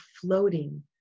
floating